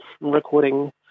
recording